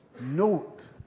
note